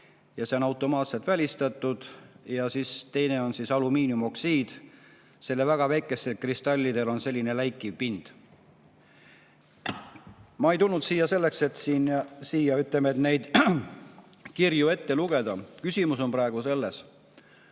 ja see on automaatselt välistatud –, ja teine on alumiiniumoksiid, mille väga väikestel kristallidel on selline läikiv pind. Ma ei tulnud siia selleks, et neid kirju ette lugeda. Küsimus on praegu selles,